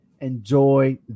Enjoy